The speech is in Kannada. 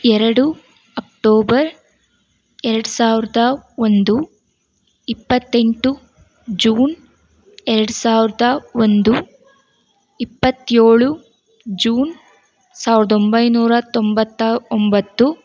ಎರಡು ಅಕ್ಟೋಬರ್ ಎರಡು ಸಾವಿರದ ಒಂದು ಇಪ್ಪತ್ತೆಂಟು ಜೂನ್ ಎರಡು ಸಾವಿರದ ಒಂದು ಇಪ್ಪತ್ತೇಳು ಜೂನ್ ಸಾವಿರದ ಒಂಬೈನೂರ ತೊಂಬತ್ತ ಒಂಬತ್ತು